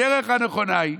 הדרך הנכונה היא